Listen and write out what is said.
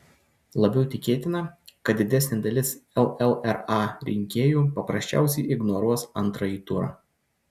labiau tikėtina kad didesnė dalis llra rinkėjų paprasčiausiai ignoruos antrąjį turą